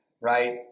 right